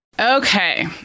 Okay